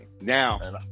Now